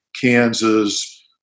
Kansas